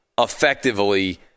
effectively